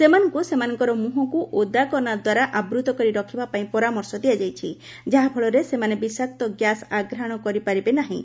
ସେମାନଙ୍କୁ ସେମାନଙ୍କର ମୁହଁକୁ ଓଦାକନା ଦ୍ୱାରା ଆବୃତ କରି ରଖିବା ପାଇଁ ପରାମର୍ଶ ଦିଆଯାଇଛି ଯାହାଫଳରେ ସେମାନେ ବିଷାକ୍ତ ଗ୍ୟାସ୍ ଆଘ୍ରାଣ କରିପାରିବେ ନାହିଁ